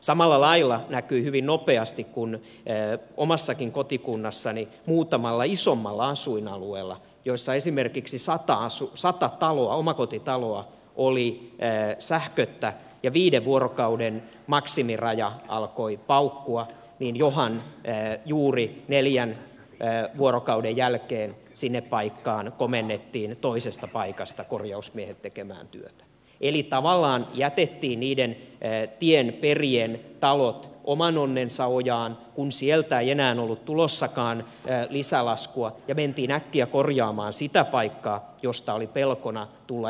samalla lailla näkyi hyvin nopeasti omassakin kotikunnassani muutamalla isommalla asuinalueella joilla esimerkiksi sata omakotitaloa oli sähköttä ja viiden vuorokauden maksimiraja alkoi paukkua että johan juuri neljän vuorokauden jälkeen sinne paikkaan komennettiin toisesta paikasta korjausmiehet tekemään työtä eli tavallaan jätettiin niiden tienperien talot oman onnensa nojaan kun sieltä ei enää ollutkaan tulossa lisälaskua ja mentiin äkkiä korjaamaan sitä paikkaa josta oli pelkona tulla isompi lasku